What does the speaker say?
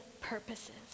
purposes